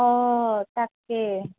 অঁ তাকে